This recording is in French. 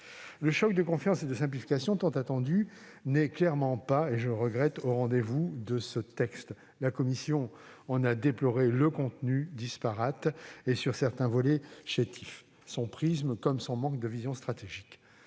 le choc de confiance et de simplification tant attendu n'est clairement pas au rendez-vous de ce texte. La commission en a déploré le contenu disparate et, sur certains volets, chétif, le prisme et le manque de vision stratégique.